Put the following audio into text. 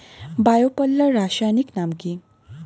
Bio পাল্লার রাসায়নিক নাম কি?